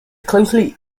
closely